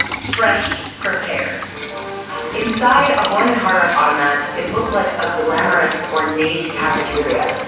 fresh prepared inside a horn and hardart automat it looked like a glamorous, ornate cafeteria,